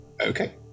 Okay